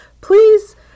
please